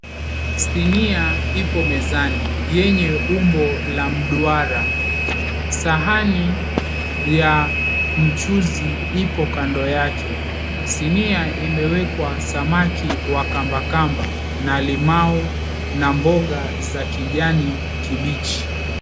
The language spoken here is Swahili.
Sinia ipo mezani. Yenye umbo la mduara. Sahani ya mchuuzi ipo kando yake. Sinia imewekwa samaki wa kambakamba na limau na mboga za kijani kibichi.